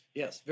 yes